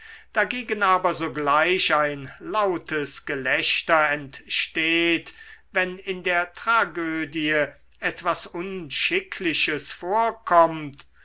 dagegen aber sogleich ein lautes gelächter entsteht wenn in der tragödie etwas unschickliches vorkommt